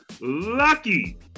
lucky